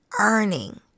earning